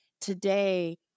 Today